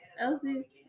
Elsie